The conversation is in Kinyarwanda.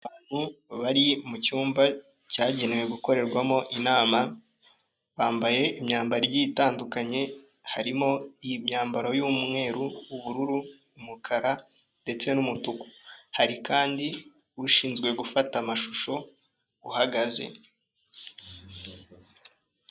Abantu bari mu cyumba cyagenewe gukorerwamo inama bambaye imyambaro itandukanye harimo imyambaro y'umweru, ubururu umukara ndetse n'umutuku, hari kandi ushinzwe gufata amashusho uhagaze.